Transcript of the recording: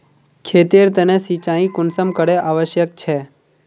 खेतेर तने सिंचाई कुंसम करे आवश्यक छै?